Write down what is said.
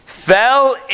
fell